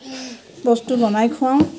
বস্তু বনাই খুৱাওঁ